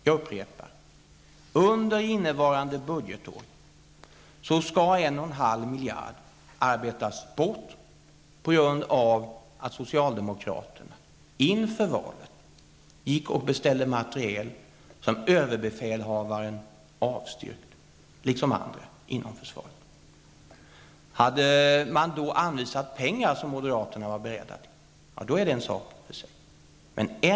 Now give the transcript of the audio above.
Jag upprepar: Under innevarande budgetår skall 1,5 miljarder arbetas bort på grund av att socialdemokraterna bl.a. beställde materiel, som överbefälhavaren avstyrkte. Hade man samtidigt anvisat pengar, som moderaterna var beredda till, hade det varit en annan sak.